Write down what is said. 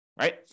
right